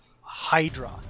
hydra